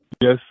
Yes